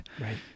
Right